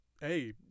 hey